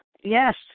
yes